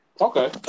Okay